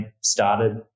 started